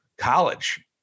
College